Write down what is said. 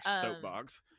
soapbox